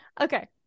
Okay